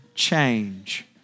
change